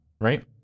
right